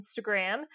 Instagram